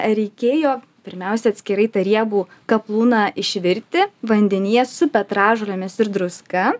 reikėjo pirmiausia atskirai tą riebų kaplūną išvirti vandenyje su petražolėmis ir druska